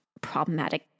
problematic